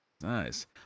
Nice